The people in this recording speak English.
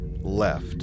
left